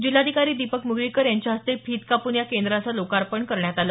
जिल्हाधिकारी दीपक मुगळीकर यांच्या हस्ते फित कापून या केंद्राचं लोकार्पण करण्यात आलं